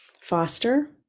foster